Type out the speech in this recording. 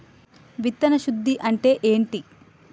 విత్తన శుద్ధి అంటే ఏంటి?